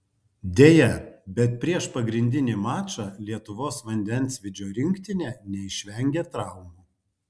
deja bet prieš pagrindinį mačą lietuvos vandensvydžio rinktinė neišvengė traumų